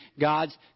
God's